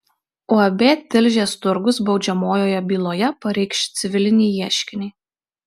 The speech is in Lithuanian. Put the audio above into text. uab tilžės turgus baudžiamojoje byloje pareikš civilinį ieškinį